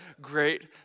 great